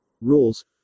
Rules